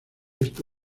esto